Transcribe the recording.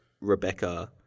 Rebecca